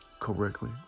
correctly